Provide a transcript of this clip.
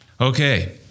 Okay